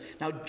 Now